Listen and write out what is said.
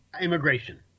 immigration